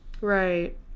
Right